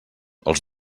els